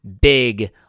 big